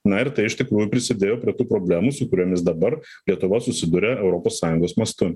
na ir tai iš tikrųjų prisidėjo prie tų problemų su kuriomis dabar lietuva susiduria europos sąjungos mastu